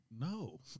no